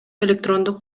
электрондук